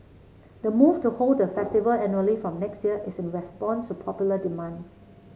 the move to hold the festival annually from next year is in response to popular demand